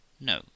No